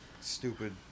stupid